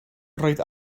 roedd